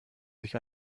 sich